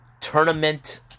tournament